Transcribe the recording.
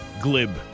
Glib